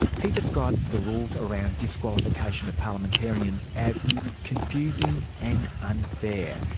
he describes the rules around disqualification of parliamentarians as confusing and unfair,